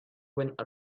went